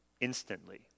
instantly